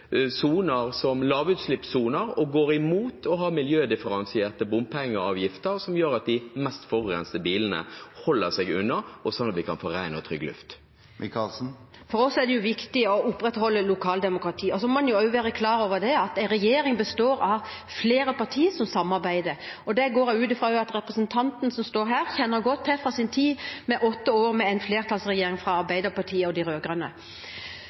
som går imot lavutslippssoner, og som går imot å ha miljødifferensierte bompengeavgifter som gjør at de mest forurensende bilene holder seg unna, slik at vi kan få ren og trygg luft? For oss er det viktig å opprettholde lokaldemokratiet. Så må man være klar over at en regjering består av flere partier som samarbeider, og det går jeg ut fra at representanten som står her, kjenner godt til fra sin tid med åtte år med en flertallsregjering fra Arbeiderpartiet og de